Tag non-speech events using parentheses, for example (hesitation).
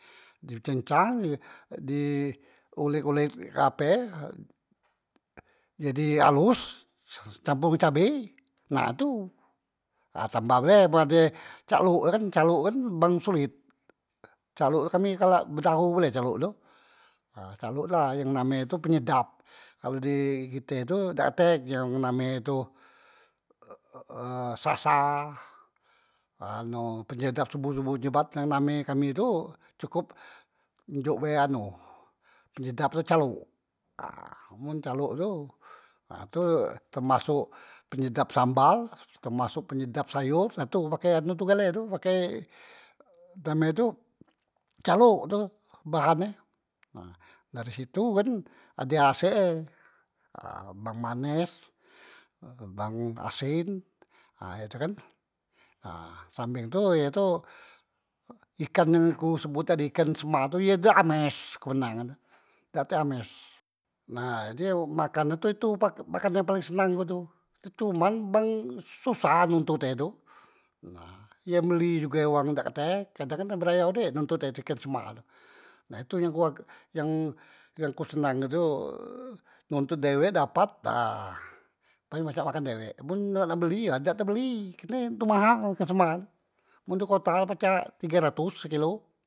Di cencang ye, di olet- kolet ape ye di alus campor ngan cabe na tu ha tambah pule man ade calok kan calok kan bang solet, calok tu kami galak betahu pule calok tu ha calok tu la yang ape name e tu penyedap, kalu di kite tu dak tek yang name e tu ee (hesitation) sasa ha anu penyedap soboh- soboh nyubat yang name kami tu cukup enjok be anu penyedap tu calok. Ha mun calok tu, ha tu temasok penyedap sambal, temasok penyedap sayor ha tu pake anu gale tu pake ee name tu calok tu bahan e, disitu kan ade ase e ha bang manes, ee bang asin, ha he tu kan, ha sampeng tu ye tu ikan yang ku sebut tadi ikan sema tu dak ames kemenangan e, dak tek ames nah makan e itu, makan yang paleng senang ku tu, cuman bang susah nuntut e tu, ye beli juge wang dak katek kadang kan nak barayo dey nontot e ikan sema tu, nah tu yang ku ag yang ku senang tu ehh nontot dewek dapat nah paling pacak makan dewek, men nak beli ha dak te beli kerne tu mahal ikan sema tu men di kota la pacak tige ratos sekilo.